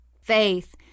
Faith